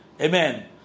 Amen